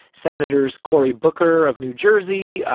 senators cory booker of new jersey,